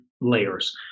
layers